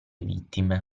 vittime